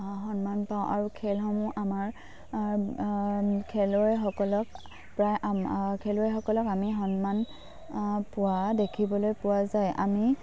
সন্মান পাওঁ আৰু খেলসমূহ আমাৰ খেলুৱৈসকলক প্ৰায় খেলুৱৈসকলক আমি সন্মান পোৱা দেখিবলৈ পোৱা যায় আমি